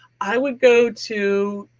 i would go to